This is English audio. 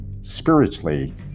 spiritually